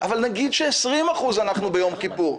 אבל נגיד ש-20% אנחנו ביום כיפור.